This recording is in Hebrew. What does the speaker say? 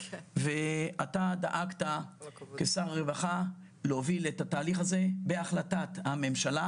ואתה דאגת כשר הרווחה להוביל את התהליך הזה בהחלטת הממשלה